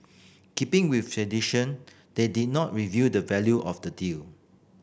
keeping with tradition they did not reveal the value of the deal